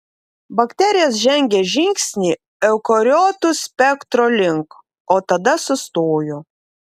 bakterijos žengė žingsnį eukariotų spektro link o tada sustojo